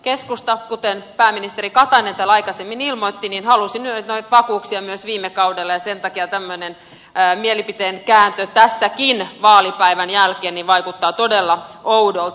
keskusta kuten pääministeri katainen täällä aikaisemmin ilmoitti halusi vakuuksia myös viime kaudella ja sen takia tämmöinen mielipiteen kääntö vaalipäivän jälkeen tässäkin vaikuttaa todella oudolta